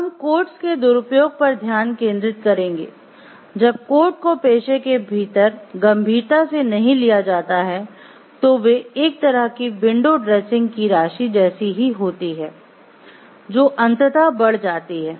अब हम कोड्स के दुरुपयोग पर ध्यान केंद्रित करेंगे जब कोड को पेशे के भीतर गंभीरता से नहीं लिया जाता है तो वे एक तरह की विंडो ड्रेसिंग की राशि जैसी ही होती है जो अंततः बढ़ जाती है